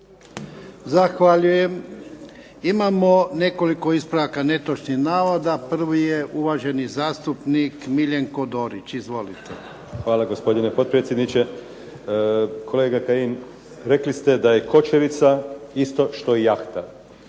Zahvaljujem. Imamo nekoliko ispravka netočnih navoda. Prvi je uvaženi zastupnik Miljenko Dorić. Izvolite. **Dorić, Miljenko (HNS)** Hvala gospodine potpredsjedniče. Kolega Kajin rekli ste da je kočerica isto što i jahta.